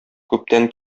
күптән